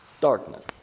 darkness